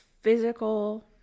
physical